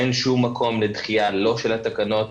אין שום מקום לדחייה לא של התקנות,